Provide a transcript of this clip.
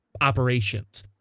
operations